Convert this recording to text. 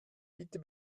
bitte